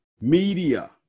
Media